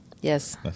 Yes